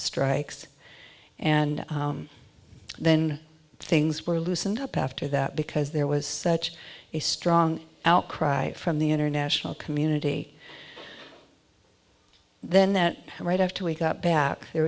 strikes and then things were loosened up after that because there was such a strong outcry from the international community then that right after we got back there